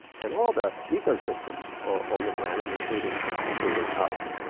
and all the ecosystems on the planet, and including including us.